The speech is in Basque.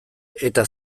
eta